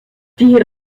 die